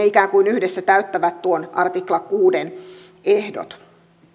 ikään kuin yhdessä täyttävät tuon artikla kuuden ehdot